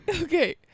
Okay